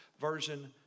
version